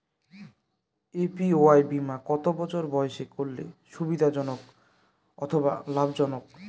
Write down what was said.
APY বীমা কত বছর বয়সে করলে সুবিধা জনক অথবা লাভজনক?